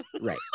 Right